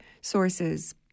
sources